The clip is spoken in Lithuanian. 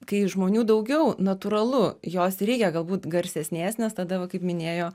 kai žmonių daugiau natūralu jos reikia galbūt garsesnės nes tada va kaip minėjo